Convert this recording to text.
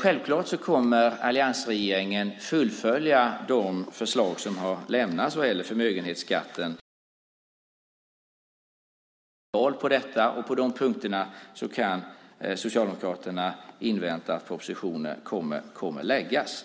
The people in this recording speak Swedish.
Självklart kommer alliansregeringen att fullfölja de förslag som har lämnats vad gäller förmögenhetsskatten och fastighetsskatten. Vi har gått till val på detta. På de punkterna kan Socialdemokraterna invänta att propositionen kommer att läggas